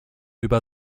über